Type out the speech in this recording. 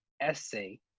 Essay